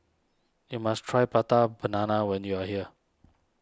you must try Prata Banana when you are here